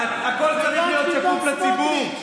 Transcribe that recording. שהכול צריך להיות שקוף לציבור,